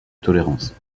tolérance